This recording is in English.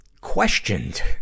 questioned